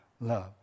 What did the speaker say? love